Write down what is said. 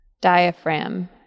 diaphragm